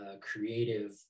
creative